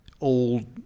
old